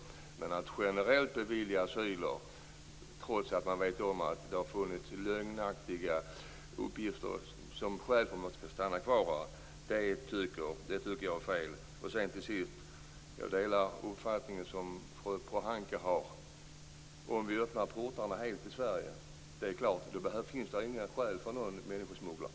Men att generellt bevilja asyl, trots att man vet att det funnits lögnaktiga uppgifter som skäl för att stanna, tycker jag är fel. Till sist: Jag delar den uppfattning som fru Pohanka har, att om vi öppnar portarna helt till Sverige finns det inga skäl för människosmuggling.